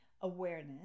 awareness